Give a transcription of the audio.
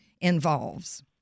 involves